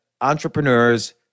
entrepreneurs